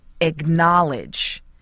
acknowledge